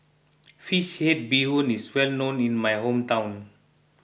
Fish Head Bee Hoon is well known in my hometown